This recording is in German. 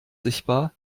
sichtbar